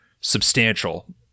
substantial